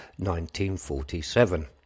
1947